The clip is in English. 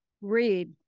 Read